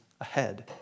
ahead